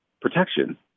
protection